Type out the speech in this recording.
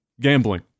gambling